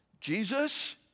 Jesus